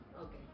Okay